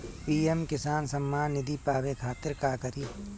PM किसान समान निधी पावे खातिर का करी?